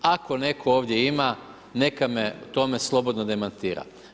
Ako netko ovdje ima, neka me u tome slobodno demantira.